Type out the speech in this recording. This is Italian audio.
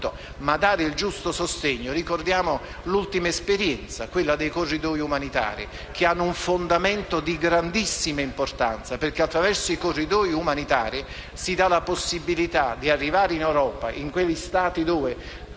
dare il giusto sostegno. Ricordiamo l'ultima esperienza, quella dei corridoi umanitari, che hanno un fondamento di grandissima importanza: attraverso essi si dà la possibilità di arrivare in Europa, in quegli Stati dove